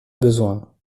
besoin